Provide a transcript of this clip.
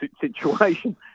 situation